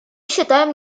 считаем